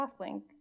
Crosslink